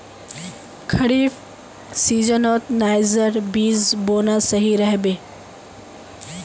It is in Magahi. खरीफ सीजनत नाइजर बीज बोना सही रह बे